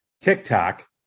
TikTok